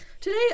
today